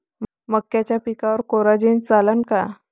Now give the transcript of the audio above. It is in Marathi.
मक्याच्या पिकावर कोराजेन चालन का?